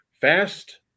fast